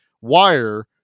wire